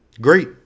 great